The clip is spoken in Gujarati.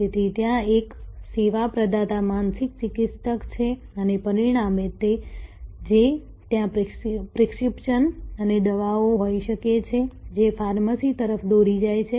તેથી ત્યાં એક સેવા પ્રદાતા માનસિક ચિકિત્સક છે અને પરિણામે જે ત્યાં પ્રિસ્ક્રિપ્શન અને દવાઓ હોઈ શકે છે જે ફાર્મસી તરફ દોરી જાય છે